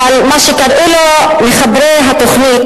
אבל מה שקראו לו מחברי התוכנית,